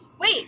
wait